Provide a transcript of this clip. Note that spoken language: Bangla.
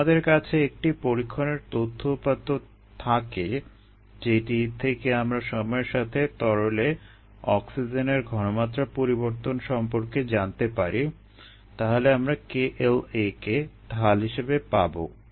যদি আমাদের কাছে একটি পরীক্ষণের তথ্য উপাত্ত থাকে যেটি থেকে আমরা সময়ের সাথে তরলে অক্সিজেনের ঘনমাত্রার পরিবর্তন সম্পর্কে জানতে পারি তাহলে আমরা kLa কে ঢাল হিসেবে পাবো